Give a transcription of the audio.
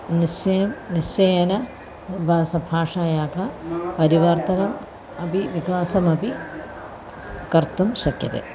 निश्चयं निश्चयेन भाषा भाषायाः परिवर्तनम् अपि विकासमपि कर्तुं शक्यते